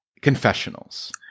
confessionals